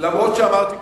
אומנם אמרתי קודם: